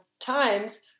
times